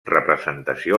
representació